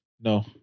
No